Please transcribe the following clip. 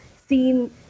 seen